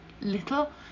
little